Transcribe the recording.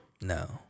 No